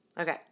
Okay